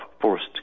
forced